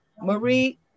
Marie